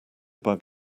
bug